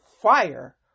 fire